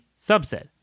subset